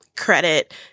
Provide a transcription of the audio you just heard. credit